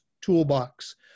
toolbox